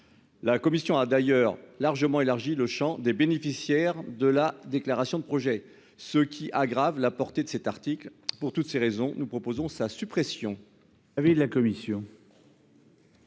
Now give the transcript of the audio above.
La commission a d'ailleurs largement élargi le Champ des bénéficiaires de la déclaration de projet ce qui aggrave la portée de cet article pour toutes ces raisons, nous proposons sa suppression. Avis de la commission.